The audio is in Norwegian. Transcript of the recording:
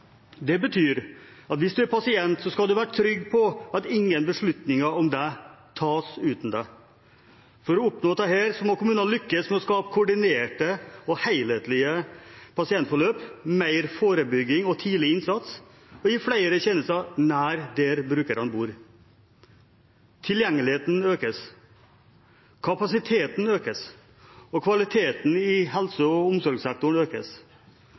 Det betyr at hvis du er pasient, skal du være trygg på at ingen beslutninger om deg tas uten deg. For å oppnå dette må kommunene lykkes med å skape koordinerte og helhetlige pasientforløp, mer forebygging og tidlig innsats og gi flere tjenester nær der brukerne bor. Tilgjengeligheten økes, kapasiteten økes, og kvaliteten i helse- og omsorgssektoren økes.